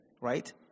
Right